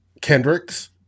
Kendrick's